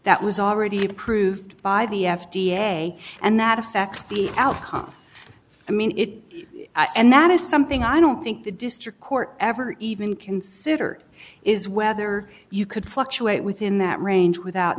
that was already approved by the f d a and that affects the outcome i mean it and that is something i don't think the district court ever even considered is whether you could fluctuate within that range without